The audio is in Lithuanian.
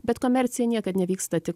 bet komercija niekad nevyksta tik